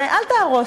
ואל תהרוס.